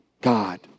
God